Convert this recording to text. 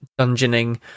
dungeoning